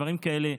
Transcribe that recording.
דברים כאלה.